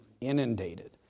inundated